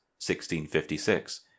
1656